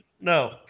No